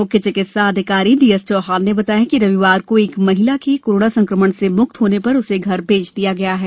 मुख्य चिकित्सा अधिकारी डीएस चौहान ने बताया कि रविवार को एक महिला के कोरोना संकमण से मुक्त होने पर उसे घर भेज दिया गया है